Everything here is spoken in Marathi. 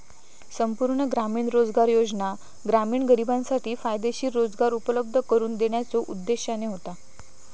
संपूर्ण ग्रामीण रोजगार योजना ग्रामीण गरिबांसाठी फायदेशीर रोजगार उपलब्ध करून देण्याच्यो उद्देशाने होता